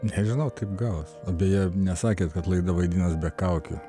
nežinau taip gavos o beje nesakėt kad laida vadinas be kaukių